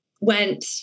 went